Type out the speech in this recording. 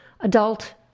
adult